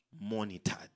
monitored